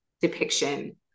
depiction